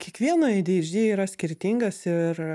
kiekvieno eidždy yra skirtingas ir